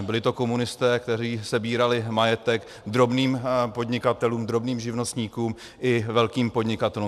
Byli to komunisté, kteří sebrali majetek drobným podnikatelům, drobným živnostníkům i velkým podnikatelům.